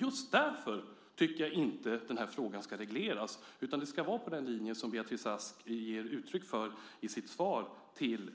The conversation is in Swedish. Just därför tycker jag inte att frågan ska regleras. Det ska vara på den linje som Beatrice Ask ger uttryck för i sitt svar till